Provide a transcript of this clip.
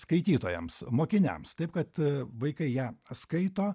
skaitytojams mokiniams taip kad vaikai ją skaito